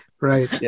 Right